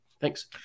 Thanks